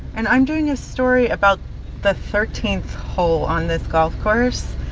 and i'm doing a story about the thirteenth hole on this golf course.